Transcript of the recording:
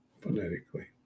phonetically